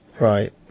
right